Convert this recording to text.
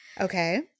Okay